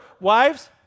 wives